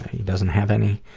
he doesn't have any.